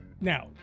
Now